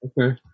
Okay